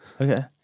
Okay